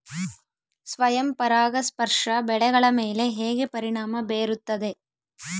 ಸ್ವಯಂ ಪರಾಗಸ್ಪರ್ಶ ಬೆಳೆಗಳ ಮೇಲೆ ಹೇಗೆ ಪರಿಣಾಮ ಬೇರುತ್ತದೆ?